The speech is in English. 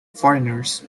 foreigners